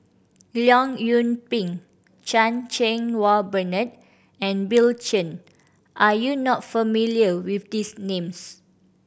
Leong Yoon Pin Chan Cheng Wah Bernard and Bill Chen are you not familiar with these names